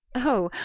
oh,